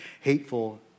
hateful